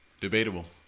Debatable